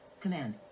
Command